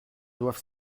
doivent